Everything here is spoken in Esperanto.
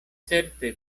certe